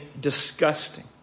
disgusting